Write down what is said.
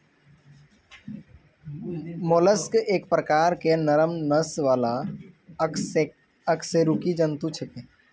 mollusc एक प्रकार के नरम नस वाला अकशेरुकी जंतु छेकै